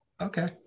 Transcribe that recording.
okay